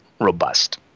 robust